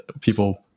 People